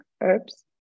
herbs